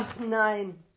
nein